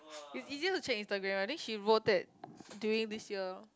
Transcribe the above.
it's easier to check Instagram ah I think she wrote it during this year